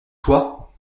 toi